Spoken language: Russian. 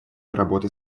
работы